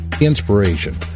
inspiration